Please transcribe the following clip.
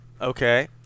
Okay